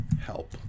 help